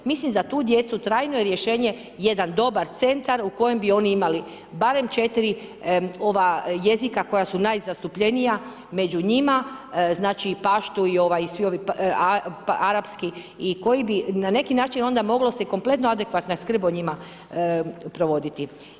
Mislim za tu djecu trajno je rešenje jedan dobar centar u kojem bi oni imali barem 4 jezika koja su najzastupljenija među njima, znači i paštu i svi ovi arapski i koji bi na neki način onda kompletna adekvatna skrb o njima provoditi.